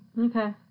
Okay